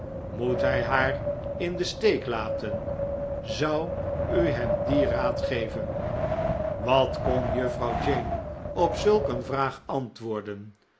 moet hij haar in den steek laten zou u hem dien raad geven wat kon juffrouw jane op zulk een vraag antwoorden